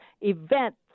event